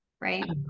right